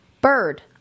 Bird